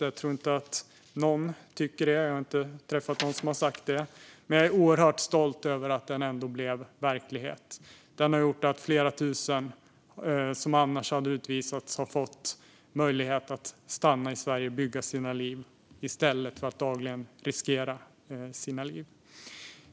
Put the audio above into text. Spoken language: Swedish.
Jag tror inte att någon tycker det och har inte träffat någon som sagt det. Men jag är oerhört stolt över att den ändå blev verklighet. Den har gjort att flera tusen personer som annars hade utvisats har fått möjlighet att stanna i Sverige och bygga sina liv i stället för att dagligen riskera sina liv.